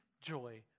joy